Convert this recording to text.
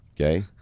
Okay